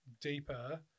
deeper